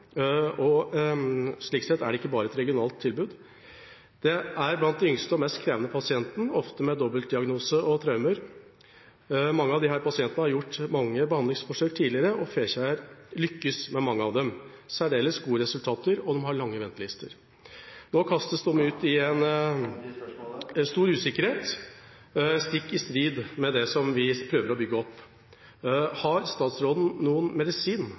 og slik sett er det ikke bare et regionalt tilbud. De er blant de yngste og mest krevende pasientene, ofte med dobbeltdiagnose og traumer. Mange av disse pasientene har gjort mange behandlingsforsøk tidligere, og Fekjær lykkes med mange av dem. De har særdeles gode resultater, og de har lange ventelister. Nå kastes de ut i stor usikkerhet, stikk i strid med det vi prøver å bygge opp. Har statsråden noen medisin